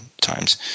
times